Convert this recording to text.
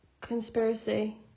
conspiracy